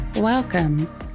Welcome